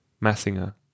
Massinger